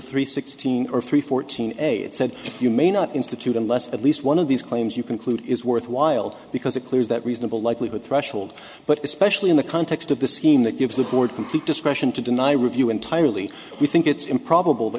three sixteen or three fourteen eight said you may not institute unless at least one of these claims you conclude is worthwhile because it clears that reasonable likelihood threshold but especially in the context of the scheme that gives the board complete discretion to deny review entirely we think it's improbable th